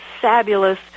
fabulous